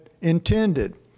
intended